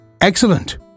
Excellent